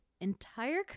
entire